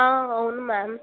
అవును మ్యామ్